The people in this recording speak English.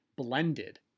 blended